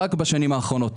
רק בשנים האחרונות.